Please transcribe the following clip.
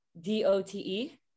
D-O-T-E